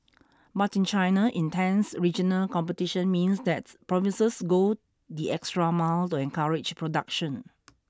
but in China intense regional competition means that provinces go the extra mile to encourage production